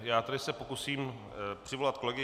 Já se pokusím přivolat kolegy.